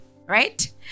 right